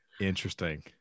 interesting